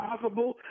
possible